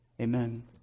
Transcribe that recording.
amen